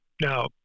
Now